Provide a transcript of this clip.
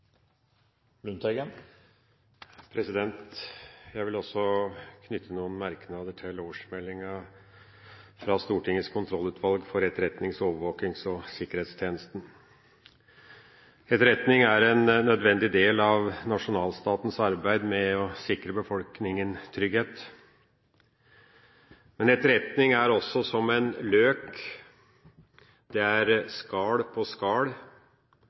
USA. Jeg vil også knytte noen merknader til årsmeldinga fra Stortingets kontrollutvalg for etterretnings-, overvåkings- og sikkerhetstjeneste. Etterretning er en nødvendig del av nasjonalstatens arbeid med å sikre befolkninga trygghet. Men etterretning er også som en løk. Det er skall på